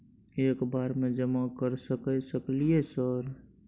एक बार में जमा कर सके सकलियै सर?